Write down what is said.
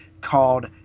called